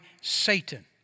Satan